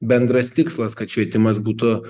bendras tikslas kad švietimas būtų